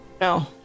no